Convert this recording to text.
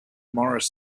morris